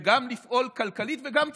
גם לפעול כלכלית וגם צבאית,